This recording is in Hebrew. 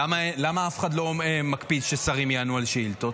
למה אף אחד לא מקפיד ששרים יענו על שאילתות?